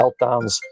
meltdowns